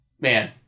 Man